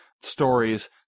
stories